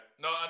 No